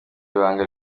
ibanga